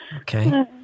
Okay